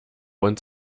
uns